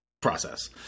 process